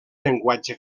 llenguatge